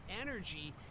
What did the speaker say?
energy